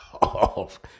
off